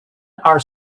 are